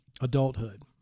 adulthood